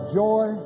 joy